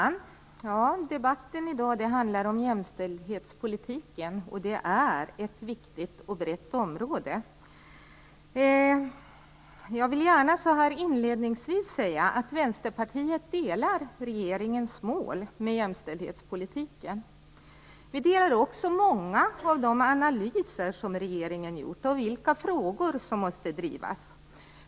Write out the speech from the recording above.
Herr talman! Debatten i dag handlar om jämställdhetspolitiken, som är ett viktigt och brett område. Jag vill inledningsvis säga att Vänsterpartiet delar regeringens mål inom jämställdhetspolitiken. Vi ansluter oss också till många av de analyser som regeringen gjort av vilka frågor som måste drivas.